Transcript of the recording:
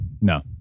no